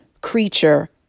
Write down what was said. creature